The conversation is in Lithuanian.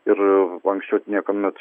ir anksčiau niekuomet